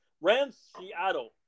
Rams-Seattle